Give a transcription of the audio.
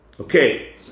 Okay